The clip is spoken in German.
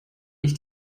ich